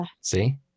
See